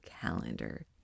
calendar